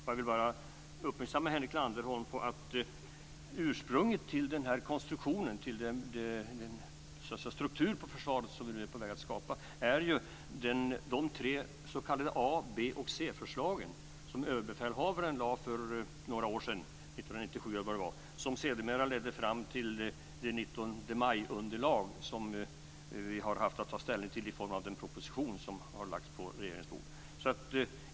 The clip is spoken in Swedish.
Jag vill bara upplysa Henrik Landerholm om att ursprunget till den här konstruktionen, till den struktur på försvaret som vi nu är på väg att skapa är de tre s.k. a-, b och c-förslagen, som överbefälhavaren lade fram för några år sedan, 1997 eller däromkring, som sedermera ledde fram till det 19 maj-underlag som vi har haft att ta ställning till i form av den proposition som har lagts på riksdagens bord.